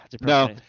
No